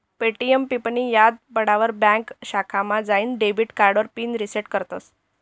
ATM पिननीं याद पडावर ब्यांक शाखामा जाईसन डेबिट कार्डावर पिन रिसेट करतस